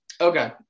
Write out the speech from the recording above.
Okay